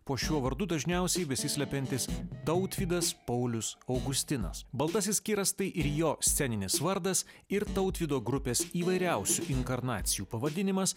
po šiuo vardu dažniausiai besislepiantis tautvydas paulius augustinas baltasis kiras tai ir jo sceninis vardas ir tautvydo grupės įvairiausių inkarnacijų pavadinimas